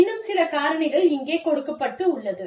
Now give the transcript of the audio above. இன்னும் சில காரணிகள் இங்கே கொடுக்கப்பட்டுள்ளது